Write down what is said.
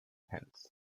pence